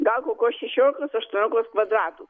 gal kokios šešiolikos aštuoniolikos kvadratų